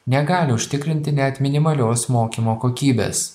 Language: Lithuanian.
negali užtikrinti net minimalios mokymo kokybės